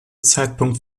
zeitpunkt